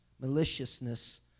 maliciousness